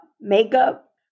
makeup